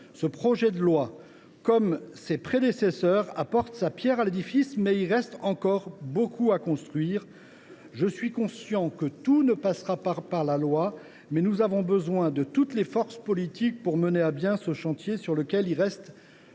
Ce projet de loi, comme les textes qui l’ont précédé, apporte une pierre à l’édifice, mais il reste encore beaucoup à construire. Je suis conscient que tout ne passera pas par la loi, mais nous avons besoin de l’ensemble des forces politiques pour mener à bien ce chantier, loin d’être